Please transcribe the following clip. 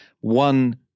one